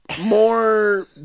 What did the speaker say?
more